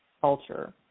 culture